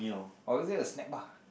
or is that a snack bar